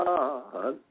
God